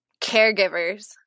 Caregivers